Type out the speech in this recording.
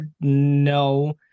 No